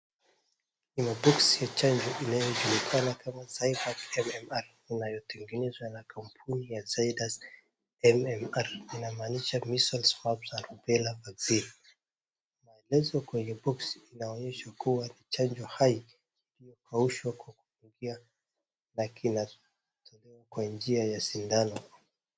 Ni maboksi ya chanjo inayojulikana kama Zydus MMR inayotengenezwa na kampuni ya Zydus MMR inamaanisha measles mumps and rubella vaccine . Maelezo kwenye boksi inaonyesha kuwa ni chanjo hai iliyokaushwa kwa kugandia na inatolewa kwa njia ya sindano.